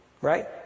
right